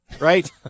right